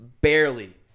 Barely